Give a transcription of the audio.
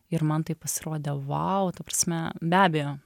ir man tai pasirodė vau ta prasme be abejo